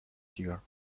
here